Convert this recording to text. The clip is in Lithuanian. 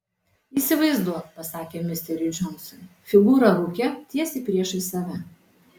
įsivaizduok pasakė misteriui džonsui figūrą rūke tiesiai priešais save